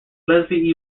leslie